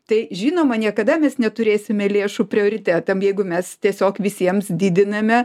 tai žinoma niekada vis neturėsime lėšų prioritetam jeigu mes tiesiog visiems didiname